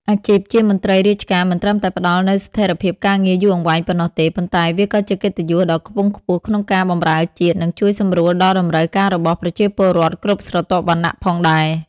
អាជីពជាមន្ត្រីរាជការមិនត្រឹមតែផ្តល់នូវស្ថិរភាពការងារយូរអង្វែងប៉ុណ្ណោះទេ ប៉ុន្តែវាក៏ជាកិត្តិយសដ៏ខ្ពង់ខ្ពស់ក្នុងការបម្រើជាតិ និងជួយសម្រួលដល់តម្រូវការរបស់ប្រជាពលរដ្ឋគ្រប់ស្រទាប់វណ្ណៈផងដែរ។